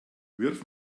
wirf